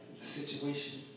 situation